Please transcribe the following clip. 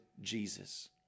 Jesus